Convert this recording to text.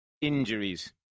injuries